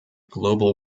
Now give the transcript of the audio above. global